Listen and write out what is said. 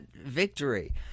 victory